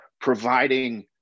providing